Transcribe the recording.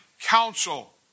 counsel